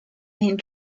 and